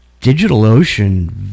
DigitalOcean